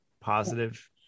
positive